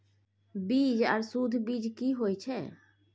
बीज आर सुध बीज की होय छै?